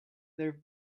their